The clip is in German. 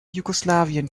jugoslawien